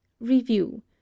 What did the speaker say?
Review